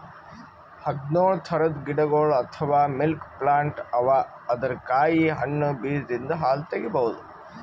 ಹದ್ದ್ನೊಳ್ ಥರದ್ ಗಿಡಗೊಳ್ ಅಥವಾ ಮಿಲ್ಕ್ ಪ್ಲಾಂಟ್ ಅವಾ ಅದರ್ ಕಾಯಿ ಹಣ್ಣ್ ಬೀಜದಿಂದ್ ಹಾಲ್ ತಗಿಬಹುದ್